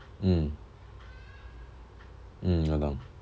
mm mm 我懂